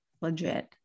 legit